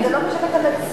אבל זה לא משנה את המציאות.